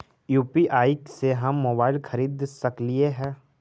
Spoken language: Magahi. यु.पी.आई से हम मोबाईल खरिद सकलिऐ है